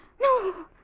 No